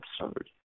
absurd